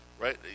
right